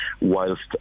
Whilst